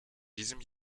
diesem